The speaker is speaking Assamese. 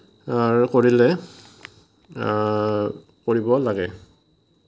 কৰিলে কৰিব লাগে